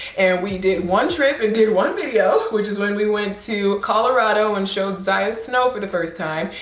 and we did one trip and did one video which is when we went to colorado and showed ziya snow for the first time,